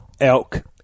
elk